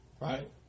right